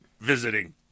visiting